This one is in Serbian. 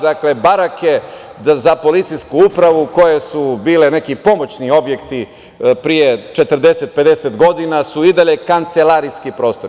Dakle, barake za policijsku upravu koje su bile neki pomoćni objekti pre 40, 50 godina su i dalje kancelarijski prostori.